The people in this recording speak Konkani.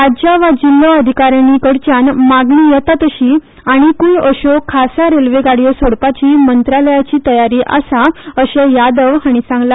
राज्यां वा जिल्लो अधिकारीणीकडच्यान मागणी येता तशी आनीक्य अश्यो खासा रेल्वे गाडयो सोडपाची मंत्रालयाची तयारी आसा अशे यादव हाणी म्हळां